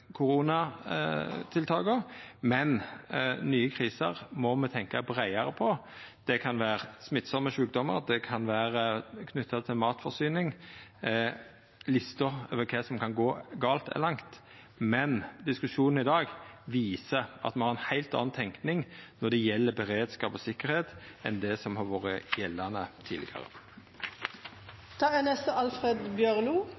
breiare. Det kan vera smittsame sjukdomar, det kan vera knytt til matforsyning. Lista over kva som kan gå gale, er lang. Men diskusjonen i dag viser at me har ei heilt anna tenking når det gjeld beredskap og sikkerheit, enn det som har vore gjeldande